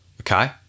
Okay